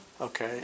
Okay